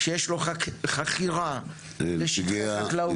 שיש לו חכירה לשטחי חקלאות.